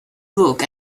book